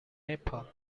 nepal